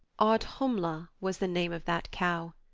audhumla was the name of that cow.